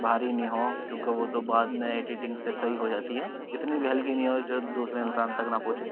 بھاری نہیں ہو کیونکہ وہ تو بعد میں ایڈیٹنگ سے صحیح ہو جاتی ہے اتنی بھی ہلکی نہیں ہو جو دوسرے انسان تک نہ پہنچے